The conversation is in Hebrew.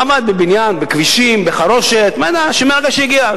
עבד בבניין, בכבישים, בחרושת, מאז הגיע.